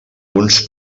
uns